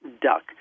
duck